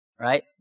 right